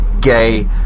gay